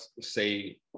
say